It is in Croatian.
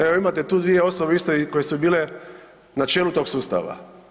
Evo imate tu dvije osobe isto koje su bile na čelu tog sustava.